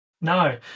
no